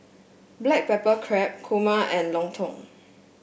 Black Pepper Crab kurma and lontong